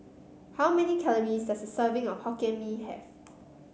how many calories does a serving of Hokkien Mee have